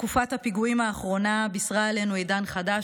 תקופת הפיגועים האחרונה בישרה לנו על עידן חדש,